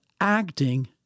acting